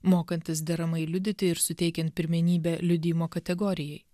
mokantis deramai liudyti ir suteikiant pirmenybę liudijimo kategorijai